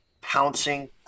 pouncing